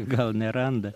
gal neranda